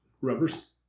Rubbers